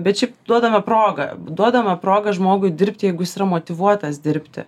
bet šiaip duodame progą duodame progą žmogui dirbti jeigu jis yra motyvuotas dirbti